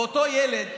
ואותו ילד,